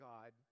God